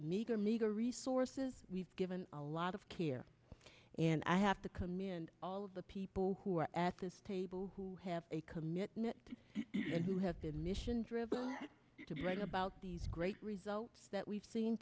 meager resources we've given a lot of care and i have to commend all of the people who are at this table who have a commitment and who have been mission driven to bring about these great results that we've seen